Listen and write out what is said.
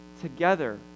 together